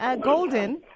Golden